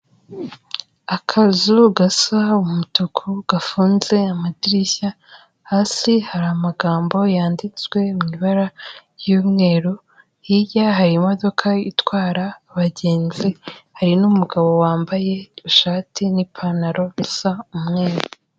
Akazu gasa umutuku gafunze amadirishya hasi hari amagambo yanditswe mu ibara ry'umweru, hirya hari imodoka itwara abagenzi hari n'umugabo wambaye ishati n'ipantaro bisa umweru.